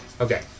Okay